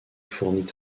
fournit